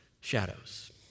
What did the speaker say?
shadows